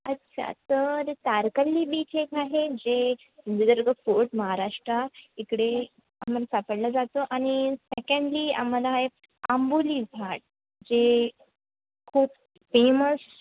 अच्छा तर तारकर्ली बीच एक आहे जे सिंधुदुर्ग फोर्ट महाराष्ट्र इकडे सापडला जातो आणि सेकेंडली आम्हाला आहे आंबोली घाट जे खूप फेमस